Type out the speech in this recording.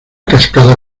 cascada